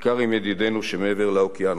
בעיקר עם ידידינו שמעבר לאוקיינוס,